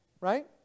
Right